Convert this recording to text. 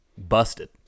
busted